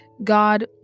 God